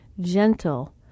gentle